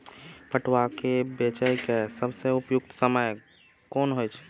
पटुआ केय बेचय केय सबसं उपयुक्त समय कोन होय छल?